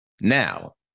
Now